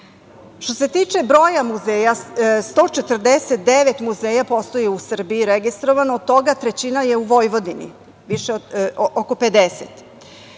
se tiče broja muzeja, 149 muzeja postoji u Srbiji registrovanih. Od toga trećina je u Vojvodini, oko 50.